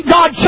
God